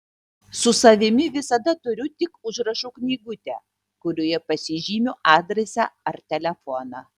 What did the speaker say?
su savimi visada turiu tik užrašų knygutę kurioje pasižymiu adresą ar telefoną